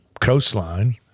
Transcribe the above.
coastline